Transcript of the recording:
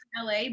la